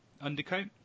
undercoat